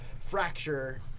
fracture